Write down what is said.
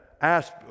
ask